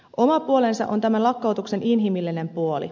oma puolensa on tämän lakkautuksen inhimillinen puoli